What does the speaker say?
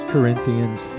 Corinthians